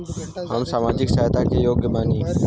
हम सामाजिक सहायता के योग्य बानी?